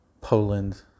poland